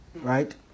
Right